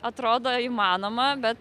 atrodo įmanoma bet